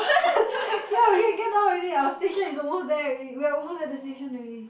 yeah we can get down already our station is almost there already we are almost at the station already